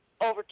over